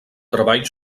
treball